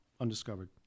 undiscovered